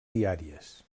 diàries